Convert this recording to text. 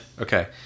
Okay